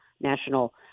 national